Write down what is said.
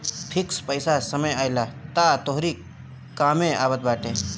fix पईसा समय आईला पअ तोहरी कामे आवत बाटे